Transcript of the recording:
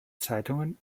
zeitungen